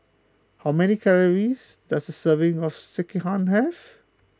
how many calories does a serving of Sekihan have